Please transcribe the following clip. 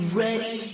ready